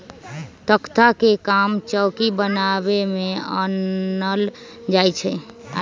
तकख्ता के काम चौकि बनाबे में आनल जाइ छइ